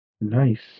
Nice